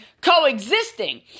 coexisting